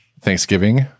Thanksgiving